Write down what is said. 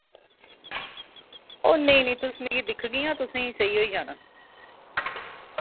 ओ नेईं नेईं तुस मिगी दिक्खगियां तुसेंई सेही होई जाना